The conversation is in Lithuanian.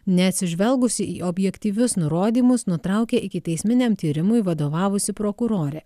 neatsižvelgusi į objektyvius nurodymus nutraukė ikiteisminiam tyrimui vadovavusi prokurorė